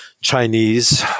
Chinese